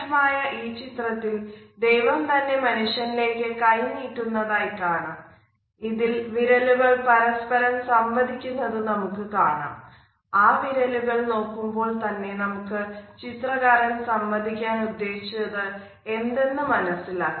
ആ വിരലുകൾ നോക്കുമ്പോൾ തന്നെ നമുക്ക് ചിത്രകാരൻ സംവദിക്കാൻ ഉദ്ദേശിച്ചത് എന്തെന്ന് മനസിലാക്കാം